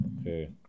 Okay